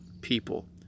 people